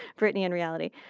brittany and reality.